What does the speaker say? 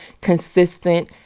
consistent